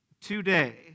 Today